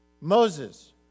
Moses